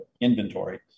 inventory